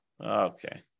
Okay